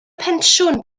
pensiwn